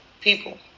people